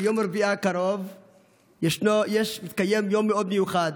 ביום רביעי הקרוב יתקיים יום מאוד מיוחד,